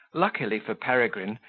luckily for peregrine,